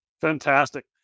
Fantastic